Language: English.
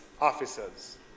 officers